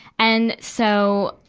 and, so,